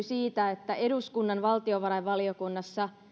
siitä että eduskunnan valtiovarainvaliokunnassa